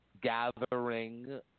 gathering